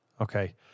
okay